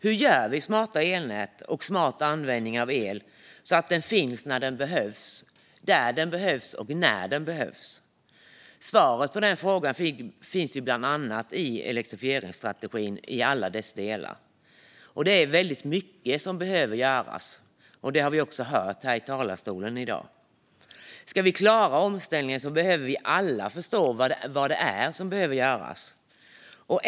Hur åstadkommer vi smarta elnät och smart användning av el så att den finns när den behövs och där den behövs? Svaret på den frågan finns bland annat i elektrifieringsstrategin i alla dess delar. Det är väldigt mycket som behöver göras, som vi har hört här i talarstolen i dag. Ska vi klara omställningen behöver vi alla förstå vad det är som behöver göras.